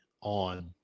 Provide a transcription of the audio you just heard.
on